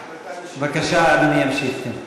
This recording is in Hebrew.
--------- בבקשה, אדוני ימשיך, כן.